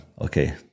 Okay